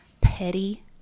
petty